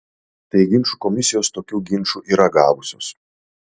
tai ginčų komisijos tokių ginčų yra gavusios